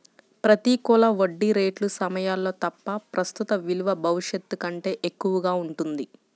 ప్రతికూల వడ్డీ రేట్ల సమయాల్లో తప్ప, ప్రస్తుత విలువ భవిష్యత్తు కంటే ఎక్కువగా ఉంటుంది